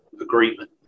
agreement